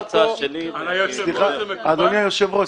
זו הצעה שלי --- אדוני היושב-ראש,